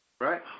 Right